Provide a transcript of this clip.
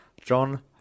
John